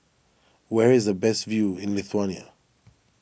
where is the best view in Lithuania